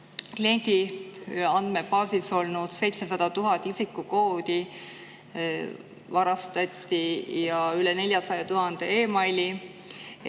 kliendiandmebaasis olnud 700 000 isikukoodi ja üle 400 000 e‑maili.